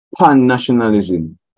Pan-nationalism